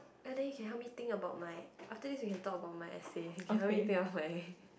ya then he can help me think about my after this you can talk about my essay you cannot make things of my